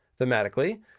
Thematically